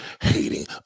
hating